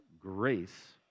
grace